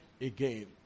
again